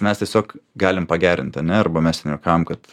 mes tiesiog galim pagerinti ar ne arba mes ten juokavom kad